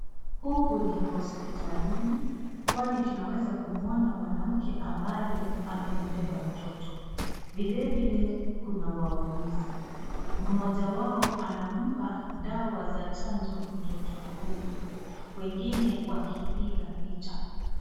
Huku ni hosiptalini kwani tunaweza kumuona mwanamke ambaye amembeba mtoto, vilevile kuna wauguzi, mmoja wao anampa dawa za chanjo mtoto huyu, wengine wakipiga picha.